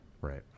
Right